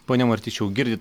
pone martišiau girdit